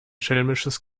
schelmisches